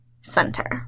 center